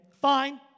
Fine